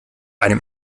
einem